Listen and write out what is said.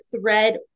thread